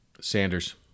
Sanders